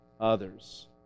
others